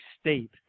State